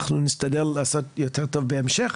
אנחנו נשתדל לעשות יותר טוב בהמשך.